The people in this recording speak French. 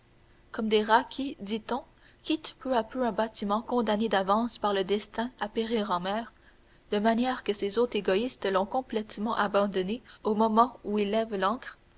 comme les rats qui dit-on quittent peu à peu un bâtiment condamné d'avance par le destin à périr en mer de manière que ces hôtes égoïstes l'ont complètement abandonné au moment où il lève l'ancre